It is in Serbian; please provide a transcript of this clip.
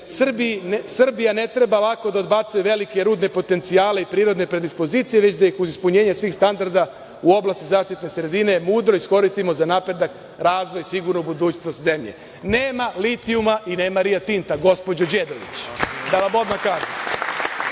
Srbija ne treba lako da odbacuje velike rudne potencijale i prirodne predispozicije već da ih uz ispunjenje svih standarda u oblasti zaštite sredine mudro iskoristimo za napredak, razvoj, sigurnu budućnost zemlje. Nema litijuma i nema Rio Tinta, gospođo Đedović, da vam odmah kažem. Možete